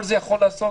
כל זה יכול להיעשות